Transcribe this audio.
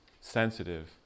sensitive